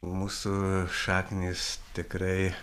mūsų šaknys tikrai